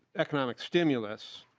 economic stimulus.